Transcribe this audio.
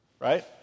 right